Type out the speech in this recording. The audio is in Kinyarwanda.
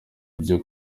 ibyo